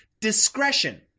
Discretion